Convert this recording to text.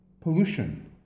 pollution